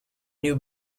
new